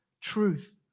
truth